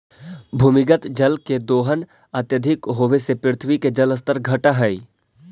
भूमिगत जल के दोहन अत्यधिक होवऽ से पृथ्वी के जल स्तर घटऽ हई